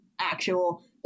actual